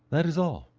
that is all.